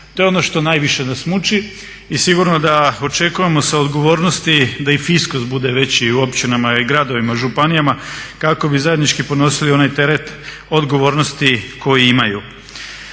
To je ono što najviše nas muči i sigurno da očekujemo sa odgovornosti da i … bude veći u općinama, gradovima, županijama kako bi zajednički podnosili onaj teret odgovornosti koji imaju.